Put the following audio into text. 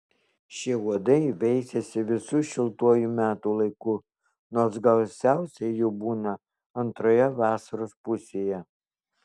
šie uodai veisiasi visu šiltuoju metų laiku nors gausiausiai jų būna antroje vasaros pusėje